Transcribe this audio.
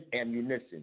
ammunition